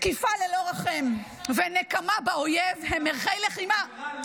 תקיפה ללא רחם ונקמה באויב הם ערכי לחימה --- גנרל טלי.